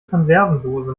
konservendose